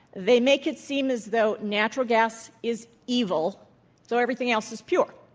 they make it seem as though natural gas is evil so everything else is pure.